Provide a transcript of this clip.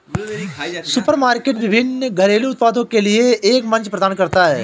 supermarket विभिन्न घरेलू उत्पादों के लिए एक मंच प्रदान करता है